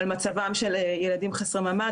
על מצבם של ילדים חסרי מעמד,